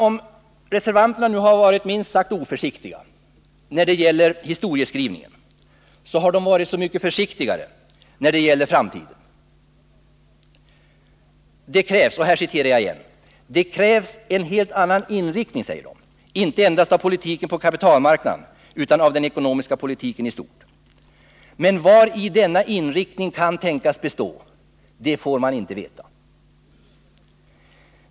Om reservanterna har varit minst sagt oförsiktiga när det gäller historieskrivningen, har de varit så mycket försiktigare då det gäller framtiden. Det ”krävs en helt annan inriktning”, säger de, ”inte endast av politiken på kapitalmarknaden utan av den ekonomiska politiken i stort”. Men vari denna inriktning kan tänkas bestå — det får man inte veta.